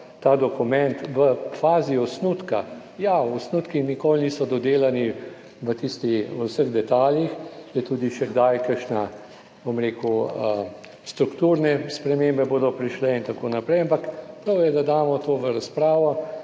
ta dokument v fazi osnutka. Ja, osnutki nikoli niso dodelani v tistih, v vseh detajlih, je tudi še kdaj kakšna, bom rekel, strukturne spremembe bodo prišle itn., ampak prav je, da damo to v razpravo,